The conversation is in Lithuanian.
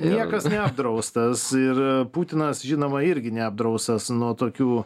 niekas neapdraustas ir putinas žinoma irgi neapdraustas nuo tokių